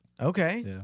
Okay